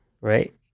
Right